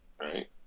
Right